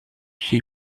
she